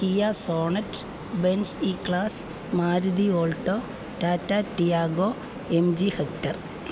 Kia sonnet Benz E class Maruti alto Tata Tiago MG hector